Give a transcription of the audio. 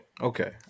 okay